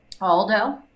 Aldo